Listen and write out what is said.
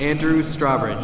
andrew strawberry